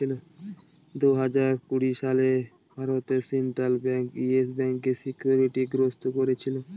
দুই হাজার কুড়ি সালে ভারতে সেন্ট্রাল ব্যাঙ্ক ইয়েস ব্যাঙ্কে সিকিউরিটি গ্রস্ত করেছিল